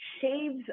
shaves